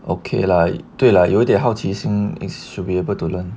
okay lah 对 lah 有点好奇心 is should be able to learn